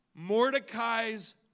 Mordecai's